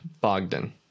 Bogdan